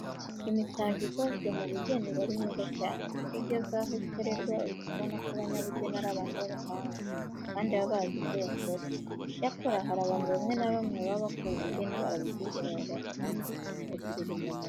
Imitako ikozwe mu bugeni iba ari myiza cyane. Iyo ugeze aho ikorerwa uhita ubona ko abanyabugeni ari abantu b'abahanga, kandi baba bazi ibyo bakora. Icyakora, hari abantu bamwe na bamwe baba bakora ubugeni barabigize umwuga kandi ukabagirira umumaro.